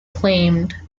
claimed